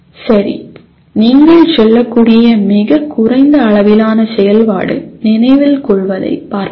சரி நீங்கள் சொல்லக்கூடிய மிகக் குறைந்த அளவிலான செயல்பாடு நினைவில் கொள்வதை பார்ப்போம்